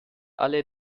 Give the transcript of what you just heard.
alle